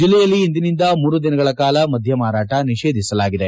ಜಿಲ್ಲೆಯಲ್ಲಿ ಇಂದಿನಿಂದ ಮೂರು ದಿನಗಳ ಕಾಲ ಮದ್ಯ ಮಾರಾಟ ನಿಷೇಧಿಸಲಾಗಿದೆ